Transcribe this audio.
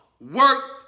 Work